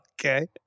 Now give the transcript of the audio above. okay